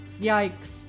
yikes